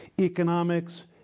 economics